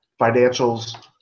financials